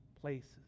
places